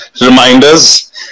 reminders